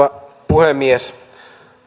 puhemies